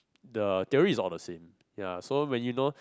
the theory is all the same ya so when you know